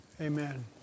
Amen